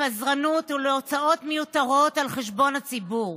לפזרנות ולהוצאות מיותרות על חשבון הציבור.